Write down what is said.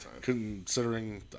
considering